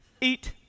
Eat